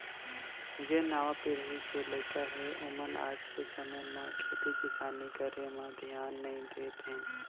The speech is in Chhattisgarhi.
जेन नावा पीढ़ी के लइका हें ओमन आज के समे म खेती किसानी करे म धियान नइ देत हें